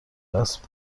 اسب